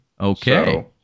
Okay